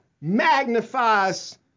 magnifies